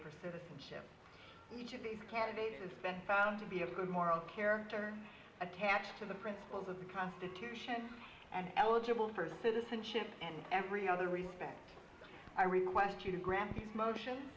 for citizenship and each of these candidates has been found to be a good moral character attached to the principles of the constitution and eligible for citizenship and every other respect i request you to